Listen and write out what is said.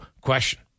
question